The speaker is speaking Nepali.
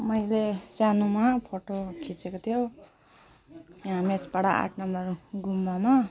मैले सानोमा फोटो खिचेको थियो यहाँ मेसपाडा आठ नम्बर गुम्बामा